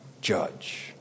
judge